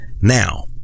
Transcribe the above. Now